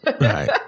Right